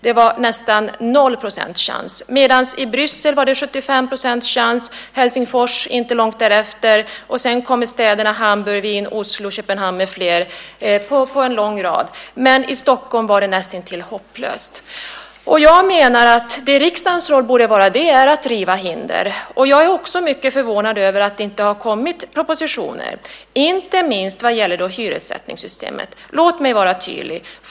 Det var nästan noll procents chans. I Bryssel var det 75 % chans, och Helsingfors låg inte långt därefter. Sedan kommer städerna Hamburg, Wien, Oslo, Köpenhamn med fler i en lång rad, men i Stockholm var det näst intill hopplöst. Jag menar att riksdagens roll borde vara att riva hinder. Jag är mycket förvånad över att det inte har kommit propositioner inte minst vad gäller hyressättningssystemet. Låt mig vara tydlig.